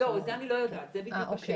לא, את זה אני לא יודעת, זאת בדיוק השאלה.